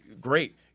great